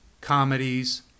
comedies